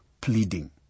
pleading